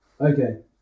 Okay